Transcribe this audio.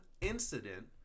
incident